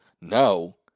No